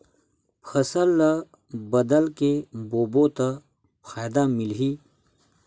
फसल ल बदल के बोबो त फ़ायदा मिलही?